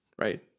right